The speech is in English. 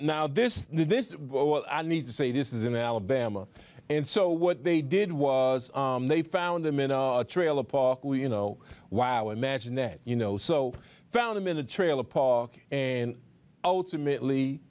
now this this is what i need to say this is in alabama and so what they did was they found him in a trailer park where you know wow imagine that you know so found him in a trailer park and ultimately